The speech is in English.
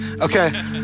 Okay